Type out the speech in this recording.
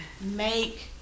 make